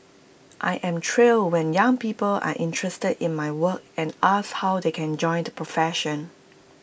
I am thrilled when young people are interested in my work and ask how they can join the profession